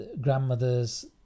grandmothers